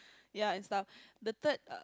ya and stuff the third err